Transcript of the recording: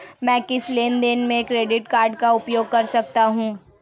मैं किस लेनदेन में क्रेडिट कार्ड का उपयोग कर सकता हूं?